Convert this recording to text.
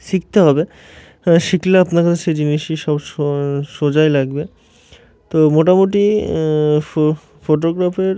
শিখতে হবে শিখলে আপনার কাছে সেই জিনিসটি সবসময় সোজাই লাগবে তো মোটামুটি ফো ফটোগ্রাফের